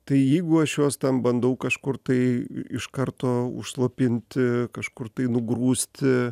tai jeigu aš juos ten bandau kažkur tai iš karto užslopinti kažkur tai nugrūsti